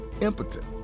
impotent